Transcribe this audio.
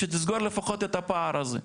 שתסגור לפחות את הפער הזה.